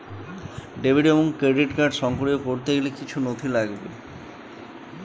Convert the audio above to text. Debit এবং credit card সক্রিয় করতে গেলে কিছু নথি লাগবে?